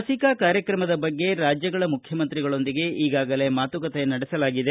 ಲಸಿಕಾ ಕಾರ್ಯಕ್ರಮದ ಬಗ್ಗೆ ರಾಜ್ಯಗಳ ಮುಖ್ಯಮಂತ್ರಿಗಳೊಂದಿಗೆ ಈಗಾಗಲೇ ಮಾತುಕತೆ ನಡೆಸಲಾಗಿದೆ